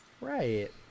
Right